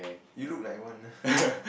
you look like one